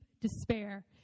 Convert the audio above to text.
despair